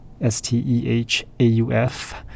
S-T-E-H-A-U-F